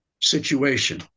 situation